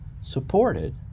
supported